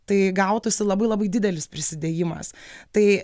tai gautųsi labai labai didelis prisidėjimas tai